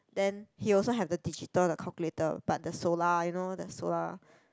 then he also have the digital the calculator but the solar you know the solar